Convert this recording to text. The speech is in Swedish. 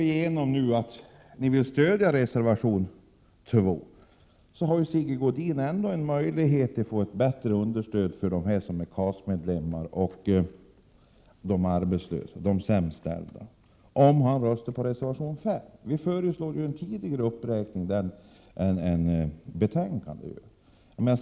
Även om ni nu inte skulle stödja reservation 2, har ändå Sigge Godin en möjlighet att få ett bättre understöd för KAS-medlemmar och arbetslösa, de sämst ställda, om han röstar för reservation 5. Vi föreslår där en tidigare uppräkning än vad som föreslås av utskottsmajoriteten.